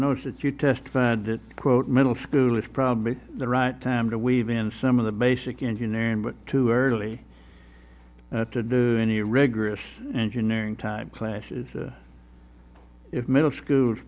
notes that you testified that quote middle school is probably the right time to weave in some of the basic engineering but too early to do any rigorous engineering time class middle school